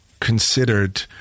considered